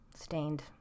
stained